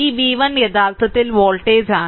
ഈ v1 യഥാർത്ഥത്തിൽ വോൾട്ടേജാണ്